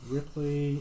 Ripley